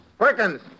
Perkins